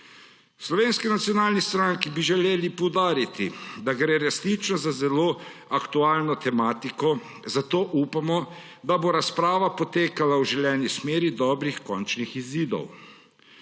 Slovenski nacionalni stranki bi želeli poudariti, da gre resnično za zelo aktualno tematiko, zato upamo, da bo razprava potekala v želeni smeri dobrih končnih izidov.